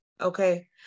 Okay